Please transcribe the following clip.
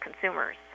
consumers